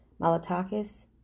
Malatakis